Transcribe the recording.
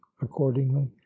accordingly